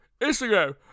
Instagram